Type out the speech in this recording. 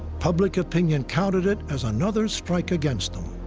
public opinion counted it as another strike against them.